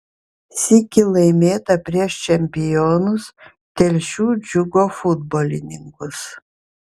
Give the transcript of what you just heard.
sykį laimėta prieš čempionus telšių džiugo futbolininkus